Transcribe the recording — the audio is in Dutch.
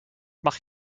mag